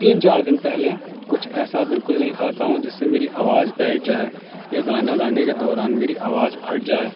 تین چار دن پہلے کچھ ایسا بالکل نہیں کھاتا ہوں جس سے میری آواز بیٹھ جائے یا گانا گانے کے دوران میری آواز پھٹ جائے